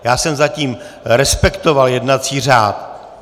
Já jsem zatím respektoval jednací řád!